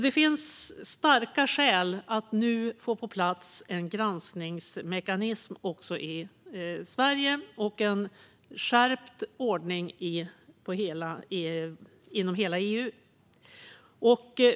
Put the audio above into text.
Det finns alltså starka skäl att nu få på plats en granskningsmekanism också i Sverige och en skärpt ordning inom hela EU.